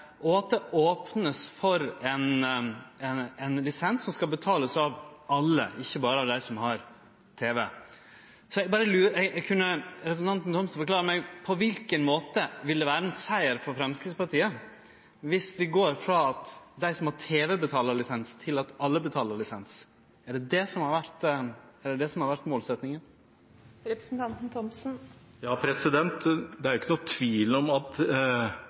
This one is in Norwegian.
og at det vert opna for ein lisens som skal betalast av alle, ikkje berre av dei som har tv. Kunne representanten Thomsen forklare meg på kva måte det vil vere ein siger for Framstegspartiet dersom det går frå at dei som har tv, betaler lisens til at alle betaler lisens. Er det det som har vore målsetjinga? Det er ikke noen tvil om at avtalen som er